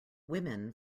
women